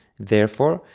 therefore,